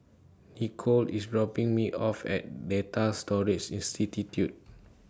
Nichole IS dropping Me off At Data Storage